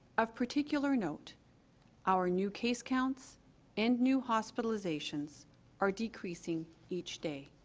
of particular note our new case counts and new hospitalizations are decreasing each day